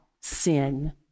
sin